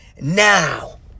now